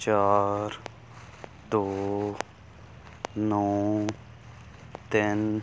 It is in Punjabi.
ਚਾਰ ਦੋ ਨੌਂ ਤਿੰਨ